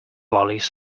lollies